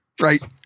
Right